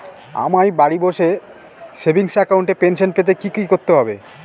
আমায় বাড়ি বসে সেভিংস অ্যাকাউন্টে পেনশন পেতে কি কি করতে হবে?